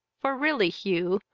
for really hugh,